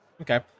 Okay